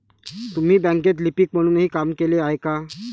तुम्ही बँकेत लिपिक म्हणूनही काम केले आहे का?